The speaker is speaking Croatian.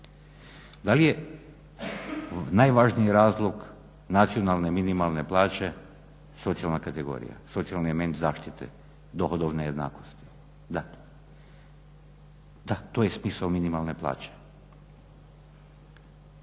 Da li je najvažniji razlog nacionalne minimalne plaće socijalna kategorija, socijalni element zaštite, dohodovna jednakost, da. Da, to je smisao minimalne plaće.